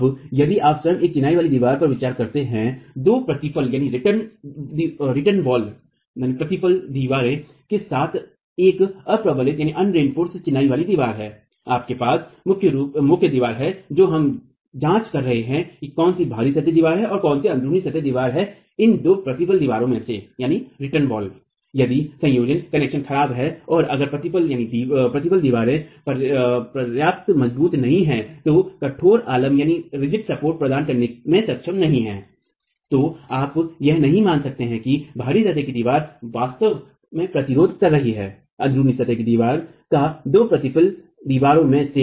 अब यदि आप स्वयं एक चिनाई वाली दीवार पर विचार करते हैं दो प्रतिफल दीवारों के साथ एक अ प्रबलित चिनाई वाली दीवार है आपके पास मुख्य दीवार है जो हम जांच कर रहे हैं कोन सी बहरी सतह दिवार है और कोन सी अन्ध्रुनी सतह दिवार है इन दो प्रतिफल दीवारें में से यदि संयोजनकनेक्शन खराब हैं और अगर प्रतिफल दीवारें पर्याप्त मजबूत नहीं हैं तो कठोर आलम्ब प्रदान करने में सक्षम नहीं हैं तो आप यह नहीं मान सकते हैं कि बहरी सतह कि दिवार वास्तव प्रतिरोध कर रही है अन्ध्रुनी सतह कि दिवार का दो प्रतिफल दीवारों में से